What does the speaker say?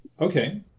Okay